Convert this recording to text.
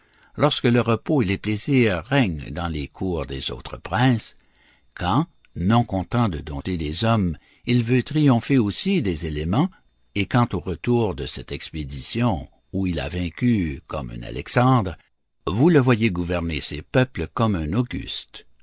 lorsque le repos et les plaisirs règnent dans les cours des autres princes quand non content de dompter les hommes il veut triompher aussi des éléments et quand au retour de cette expédition où il a vaincu comme un alexandre vous le voyez gouverner ses peuples comme un